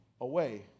away